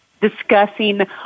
discussing